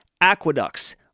aqueducts